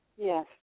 Yes